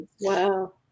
Wow